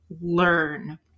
learn